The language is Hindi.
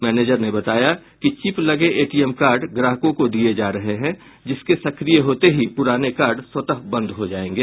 मैनेजर ने बताया कि चिप लगे एटीएम कार्ड ग्राहकों को दिये जा रहे हैं जिसके सक्रिय होते ही पूराने कार्ड स्वतः बंद हो जायेंगे